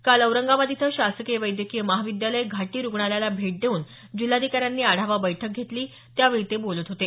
काल औरंगाबाद इथं शासकीय वैद्यकीय महाविद्यालय घाटी रुग्णालयाला भेट देऊन जिल्हाधिकाऱ्यांनी आढावा बैठक घेतली त्यावेळी ते बोलत होते